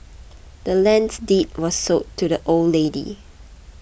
the land's deed was sold to the old lady